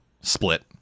Split